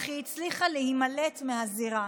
אך היא הצליחה להימלט מהזירה.